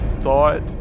thought